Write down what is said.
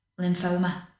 lymphoma